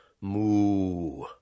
Moo